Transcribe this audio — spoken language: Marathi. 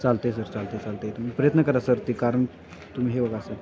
चालतं आहे सर चालतं आहे चालतं आहे तुम्ही प्रयत्न करा सर ते कारण तुम्ही हे बघा सर